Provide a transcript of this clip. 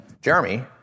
Jeremy